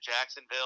Jacksonville